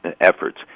efforts